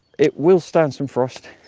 it will stand some frost.